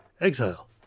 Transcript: exile